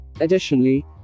Additionally